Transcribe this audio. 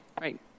right